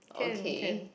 okay